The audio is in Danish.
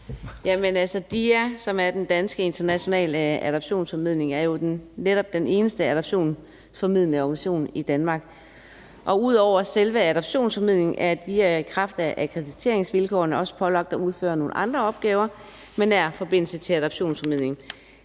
Adsbøl (DD): DIA, som er den danske internationale adoptionsformidling, er jo netop den eneste adoptionsformidlende organisation i Danmark, og ud over selve adoptionsformidlingen er DIA i kraft af akkrediteringsvilkårene også pålagt at udføre nogle andre opgaver med nær forbindelse til adoptionsformidlingen.